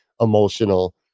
emotional